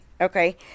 okay